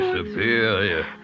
Superior